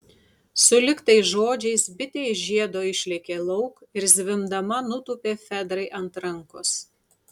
sulig tais žodžiais bitė iš žiedo išlėkė lauk ir zvimbdama nutūpė fedrai ant rankos